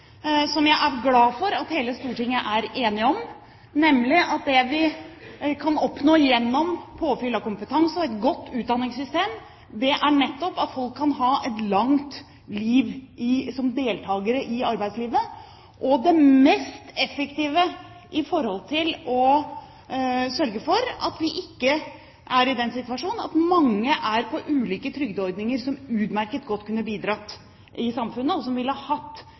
som jeg er glad for at hele Stortinget er enig om. Det vi kan oppnå gjennom påfyll av kompetanse og et godt utdanningssystem, er nettopp at folk kan ha et langt liv som deltakere i arbeidslivet, og det er det mest effektive for å hindre at vi får den situasjonen at mange som utmerket godt kunne bidratt i samfunnet, og som selv ville hatt